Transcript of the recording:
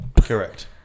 Correct